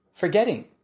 forgetting